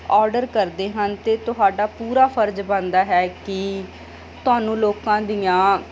order ਕਰਦੇ ਹਨ ਅਤੇ ਤੁਹਾਡਾ ਪੂਰਾ ਫਰਜ਼ ਬਣਦਾ ਹੈ ਕਿ ਤੁਹਾਨੂੰ ਲੋਕਾਂ ਦੀਆਂ